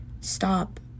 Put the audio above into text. Stop